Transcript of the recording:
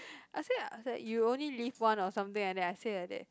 I'll say like you only live one or something like that I say like that